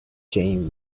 came